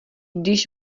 když